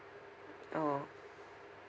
oh